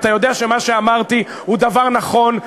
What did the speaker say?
אתה יודע שמה שאמרתי הוא דבר נכון,